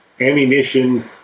ammunition